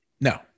No